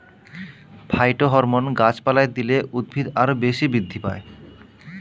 phytohormone গাছপালায় দিলে উদ্ভিদ আরও বেশি বৃদ্ধি পায়